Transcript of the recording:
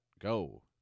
go